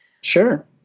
Sure